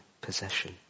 possession